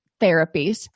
therapies